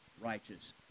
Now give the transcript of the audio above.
righteous